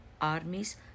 armies